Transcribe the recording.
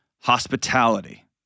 hospitality